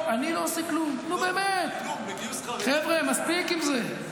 מה שמגייס הוא תנאים מאפשרים, לאפשר להם,